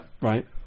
Right